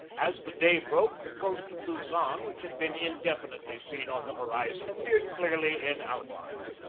as the day broke the coast of luzon, which had been indefinitely seen on the horizon, appeared clearly in outline.